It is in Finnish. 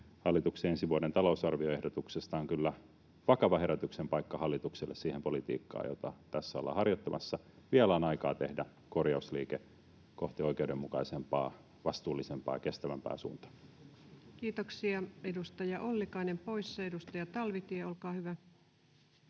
hallituksen ensi vuoden talousarvioehdotuksesta on kyllä vakava herätyksen paikka hallitukselle siihen politiikkaan, jota tässä ollaan harjoittamassa. Vielä on aikaa tehdä korjausliike kohti oikeudenmukaisempaa, vastuullisempaa ja kestävämpää suuntaa. Kiitoksia. — Edustaja Ollikainen poissa. — Edustaja Talvitie, olkaa hyvä.